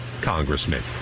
congressman